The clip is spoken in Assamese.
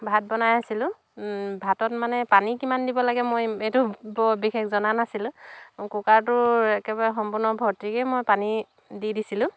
ভাত বনাই আছিলোঁ ভাতত মানে পানী কিমান দিব লাগে মই সেইটো বৰ বিশেষ জনা নাছিলোঁ কুকাৰটোৰ একেবাৰে সম্পূৰ্ণ ভৰ্তি কৰিয়ে মই পানী দি দিছিলোঁ